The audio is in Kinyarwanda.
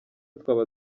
twaba